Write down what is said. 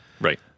Right